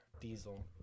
diesel